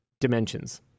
Dimensions